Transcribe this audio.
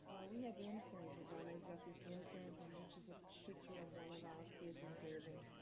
we have interns, environmental justice interns. and this is a picture of one of our kits in durban,